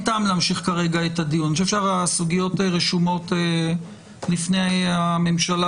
אני חושב שהסוגיות רשומות לפני הממשלה